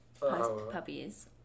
puppies